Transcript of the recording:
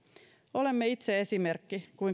olemme itse esimerkki siitä kuinka